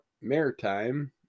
maritime